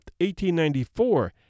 1894